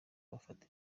bafata